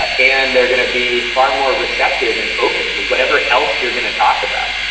ah and they're gonna be far more receptive and open to whatever else you're gonna talk about.